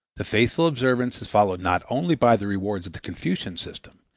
the faithful observance is followed not only by the rewards of the confucian system,